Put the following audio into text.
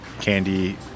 candy